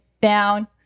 down